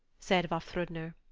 said vafthrudner.